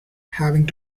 having